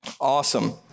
Awesome